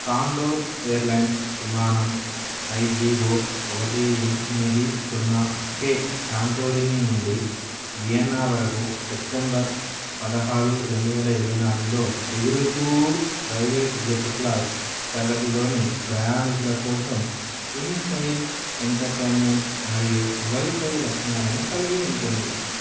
condor airlines విమానం I G O ఒకటి ఎనిమిది సున్నా కే శాంటోరిని నుండి వియన్నా వరకు సెప్టెంబర్ పదహారు రెండువేల ఇరవై నాలుగులో ఎగురుతూ ప్రైవేట్ జెట్ క్లాస్ తరగతిలోని ప్రయాణీకుల కోసం ఇన్ఫ్లయిట్ ఎంటర్టైన్మెంట్ మరియు వైఫై లక్షణాలను కలిగి ఉంటుంది